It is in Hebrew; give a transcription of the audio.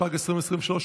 התשפ"ג 2023,